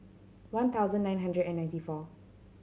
one thousand nine hundred and ninety four